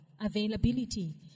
availability